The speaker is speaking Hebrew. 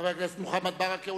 חבר הכנסת מוחמד ברכה,